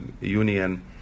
union